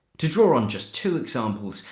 to draw on just two examples,